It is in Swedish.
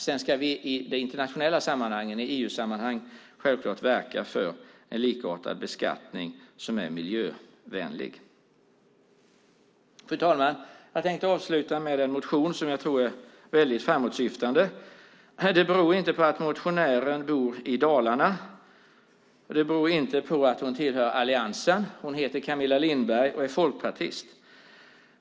Sedan ska vi i de internationella sammanhangen och i EU-sammanhang självklart verka för en likartad beskattning som är miljövänlig. Fru talman! Jag tänkte avsluta med en motion som jag tror är väldigt framåtsyftande. Det beror inte på att motionären bor i Dalarna, och det beror inte på att hon tillhör Alliansen. Hon heter Camilla Lindberg och är folkpartist.